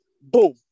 boom